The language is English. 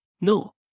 No